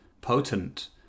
potent